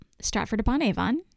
Stratford-upon-Avon